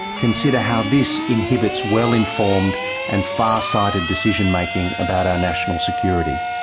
consider how this inhibits well-informed and far-sighted decision-making about our national security.